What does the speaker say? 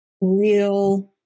real